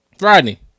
Rodney